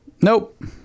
Nope